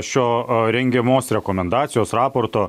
šio rengiamos rekomendacijos raporto